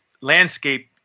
landscape –